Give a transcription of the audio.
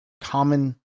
common